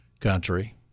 country